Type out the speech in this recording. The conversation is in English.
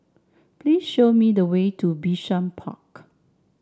please show me the way to Bishan Park